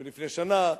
ולפני שנה,